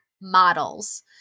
models